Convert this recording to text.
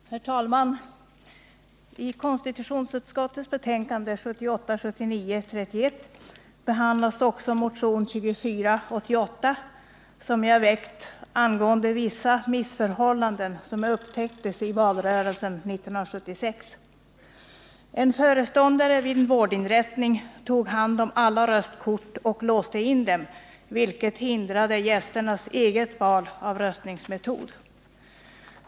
Herr talman! I konstitutionsutskottets betänkande 1978/79:31 behandlas min motion 2488 angående vissa missförhållanden som upptäcktes i valrörelsen 1976. En föreståndare vid en vårdinrättning tog hand om alla röstkort och låste in dem, vilket hindrade gästernas eget val av röstningsmetod.